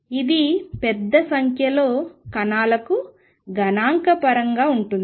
ఇది పెద్ద సంఖ్యలో కణాలకు గణాంకపరంగా ఉంటుంది